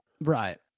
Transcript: Right